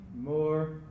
more